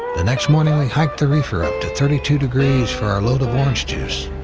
the next morning, we hike the reefer up to thirty two degrees for our load of orange juice,